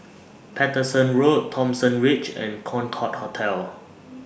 Paterson Road Thomson Ridge and Concorde Hotel